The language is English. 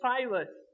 Silas